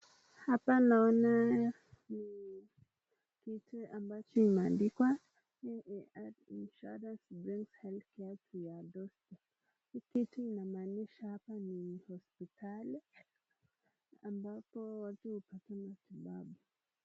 Hapana naona kitu ambacho imeandikwa E A R E. Kitu inamaanisha hapa ni hospitali ambapo watu hupata matibabu.